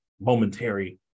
momentary